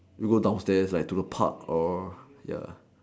we go downstairs like to go pub or